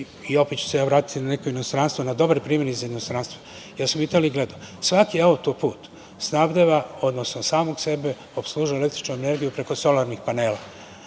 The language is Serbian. Opet ću se vratiti na neki inostranstvo, na dobar primer iz inostranstva, ja sam u Italiji gledao da svaki autoput snabdeva, odnosno samog sebe opslužuje električnom energijom preko solarnih panela.